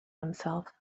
himself